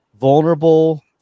vulnerable